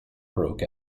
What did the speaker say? broke